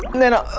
naina